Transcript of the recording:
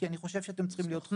כי אני חושב שאתם צריכים להיות חלק.